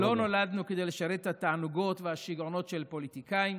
לא נולדנו כדי לשרת את התענוגות והשיגעונות של פוליטיקאים.